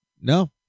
No